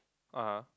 uh-huh